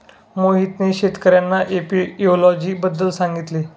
मोहितने शेतकर्यांना एपियोलॉजी बद्दल सांगितले